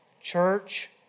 church